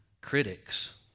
critics